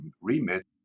remit